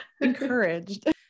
encouraged